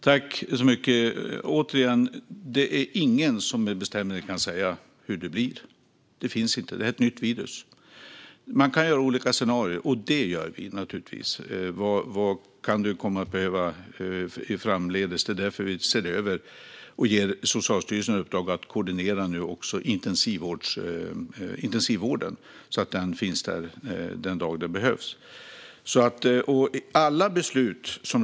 Fru talman! Återigen: Det är ingen som med bestämdhet kan säga hur det blir, eftersom det här är ett nytt virus. Man kan göra olika scenarier, och det gör vi naturligtvis - vad kan det komma att behövas framdeles? Det är därför vi ser över och nu ger Socialstyrelsen i uppdrag att koordinera intensivvården så att den finns där den dag det behövs.